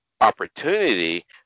opportunity